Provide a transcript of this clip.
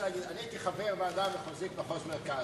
הייתי חבר הוועדה המחוזית, מחוז מרכז.